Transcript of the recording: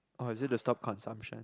or is it to stop consumption